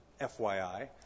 FYI